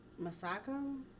Masako